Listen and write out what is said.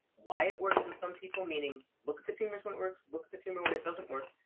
why it works on some people, meaning, look at the tumors when it works. look at the tumor when it doesn't work.